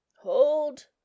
Hold